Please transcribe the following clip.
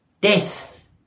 death